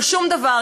לא שום דבר,